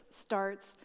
starts